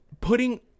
putting